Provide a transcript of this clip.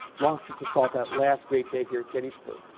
longstreet's assault that last great day here at gettysburg.